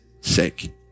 sake